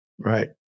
Right